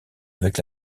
avec